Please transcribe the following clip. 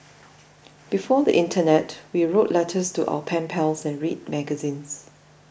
before the internet we wrote letters to our pen pals and read magazines